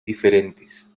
diferentes